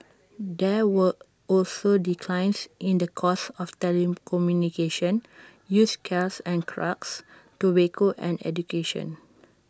there were were also declines in the cost of telecommunication used cares and trucks tobacco and education